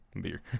beer